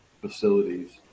facilities